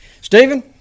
Stephen